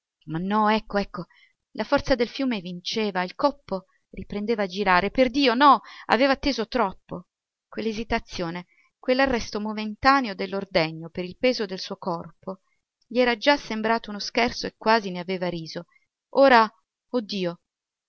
ma no ecco ecco la forza del fiume vinceva il coppo riprendeva a girare perdio no aveva atteso troppo quell'esitazione quell'arresto momentaneo dell'ordegno per il peso del suo corpo gli era già sembrato uno scherzo e quasi ne aveva riso ora